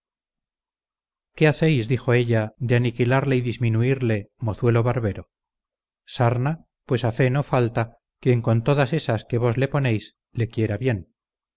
qué hacéis dijo ella de aniquilarle y disminuirle mozuelo barbero sarna pues a fe que no falta quien con todas esas que vos le poneis le quiera bien